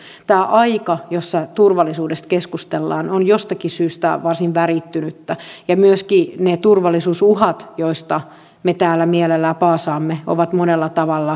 luulisi että eräät viime vuosien kohut vihreiden ministereiden ympärillä olisivat saaneet vihreät luopumaan ylemmyydentunnostaan ylimielisyydestään ja erehtymättömyyden illuusiostaan mutta mihinkäs seepra raidoistaan